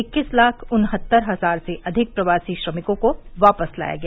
इक्कीस लाख उनहत्तर हजार से अधिक प्रवासी श्रमिकों को वापस लाया गया